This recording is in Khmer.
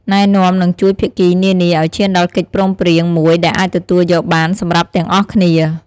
ណែនាំ និងជួយភាគីនានាឱ្យឈានដល់កិច្ចព្រមព្រៀងមួយដែលអាចទទួលយកបានសម្រាប់ទាំងអស់គ្នា។